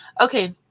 Okay